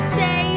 say